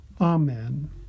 Amen